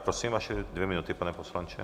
Prosím, vaše dvě minuty, pane poslanče.